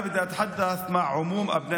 אני רוצה לדבר עם כל בני העם שלנו,